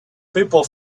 people